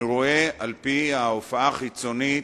אני רואה, על-פי ההופעה החיצונית,